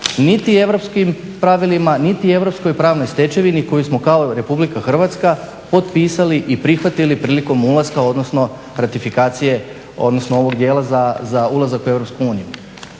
niti europskim pravilima, niti europskoj pravnoj stečevini koju smo kao Republika Hrvatska potpisali i prihvatili prilikom ulaska, odnosno ratifikacije odnosno ovog dijela za ulazak u